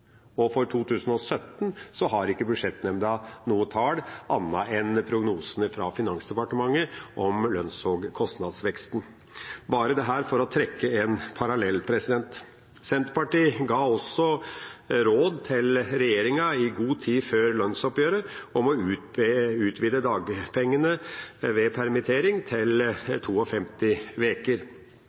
og for 2017 har ikke Budsjettnemnda noen tall annet enn prognosene fra Finansdepartementet om lønns- og kostnadsveksten. Dette var bare for å trekke en parallell. Senterpartiet ga råd til regjeringa i god tid før lønnsoppgjøret om å utvide dagpengene ved permittering til